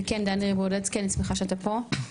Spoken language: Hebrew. וכן דני ברודצקי אני שמחה שאתה פה,